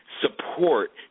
support